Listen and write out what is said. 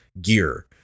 gear